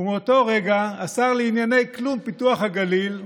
ובאותו רגע השר לענייני כלום פיתוח הגליל אומר: